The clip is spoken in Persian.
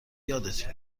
یادت